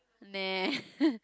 meh